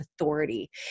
authority